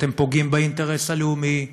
אתם פוגעים באינטרס הלאומי,